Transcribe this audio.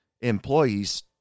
employees